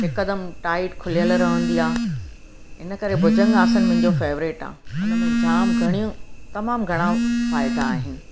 हिकदमि टाइट खुलियल रहंदी आहे इनकरे भुजंग आसन मुंहिंजो फेवरेट आहे उन में जामु घणियूं तमामु घणा फ़ाइदा आहिनि